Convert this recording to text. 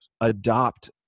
adopt